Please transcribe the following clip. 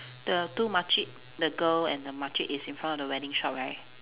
the two makcik the girl and the makcik is in front of the wedding shop right